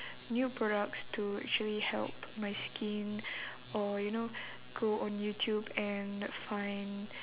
new products to actually help my skin or you know go on youtube and find